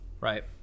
Right